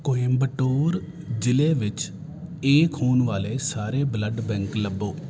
ਕੋਇੰਬਟੂਰ ਜ਼ਿਲ੍ਹੇ ਵਿੱਚ ਏ ਖੂਨ ਵਾਲੇ ਸਾਰੇ ਬਲੱਡ ਬੈਂਕ ਲੱਭੋ